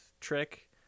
trick